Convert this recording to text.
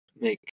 make